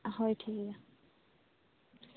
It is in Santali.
ᱦᱳᱭ ᱴᱷᱤᱠ ᱜᱮᱭᱟ